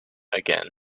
again